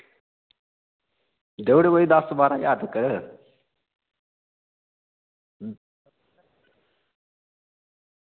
देई ओड़ेओ कोई दस्स बारां ज्हार तगर